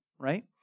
Right